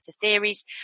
theories